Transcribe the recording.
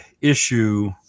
issue